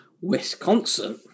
Wisconsin